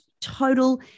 total